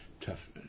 tough